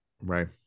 Right